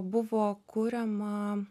buvo kuriama